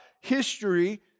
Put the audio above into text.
history